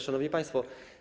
Szanowni Państwo!